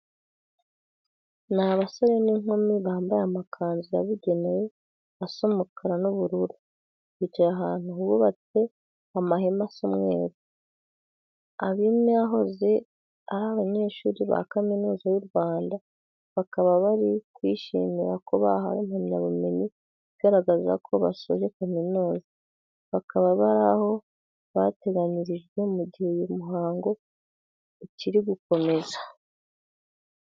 Ni abasore n'inkumi bambaye amakanzu yabugenewe asa umukara n'ubururu, bicaye ahantu hubatse amahema asa umweru. Abi ni abahoze ari abanyeshuri ba Kaminuza y'u Rwanda, bakaba bari kwishimira ko bahawe impamyabumenyu igaragaza ko basoje kaminuza. Bakaba bari aho bateganyirijwe mu gihe uyu muhango ukiri gukomeza.